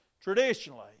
traditionally